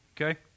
Okay